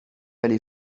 allé